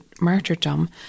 martyrdom